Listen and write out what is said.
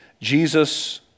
Jesus